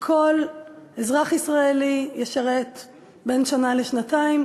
שכל אזרח ישראלי ישרת בין שנה לשנתיים.